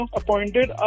appointed